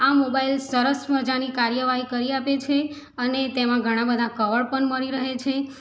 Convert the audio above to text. આ મોબાઈલ સરસ મજાની કાર્યવાહી કરી આપે છે અને તેમાં ઘણાબધા કવર પણ મળી રહે છે